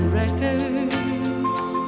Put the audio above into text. records